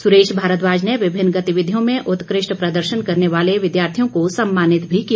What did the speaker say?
सुरेश भारद्वाज ने विभिन्न गतिविधियों में उत्कृष्ट प्रदर्शन करने वाले विद्यार्थियों को सम्मानित भी किया